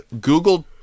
Google